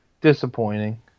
Disappointing